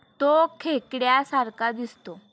तो खेकड्या सारखा दिसतो